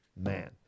man